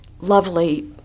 lovely